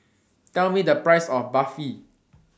Tell Me The Price of Barfi